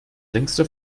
längste